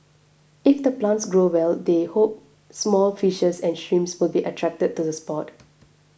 if the plants grow well they hope small fishes and shrimps will be attracted to the spot